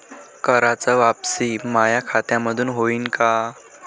कराच वापसी माया खात्यामंधून होईन का?